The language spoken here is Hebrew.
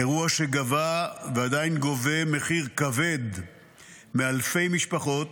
אירוע שגבה ועדיין גובה מחיר כבד מאלפי משפחות,